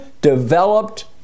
developed